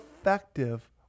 effective